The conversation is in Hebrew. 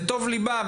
בטוב לבה,